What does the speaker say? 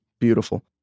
Beautiful